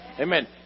Amen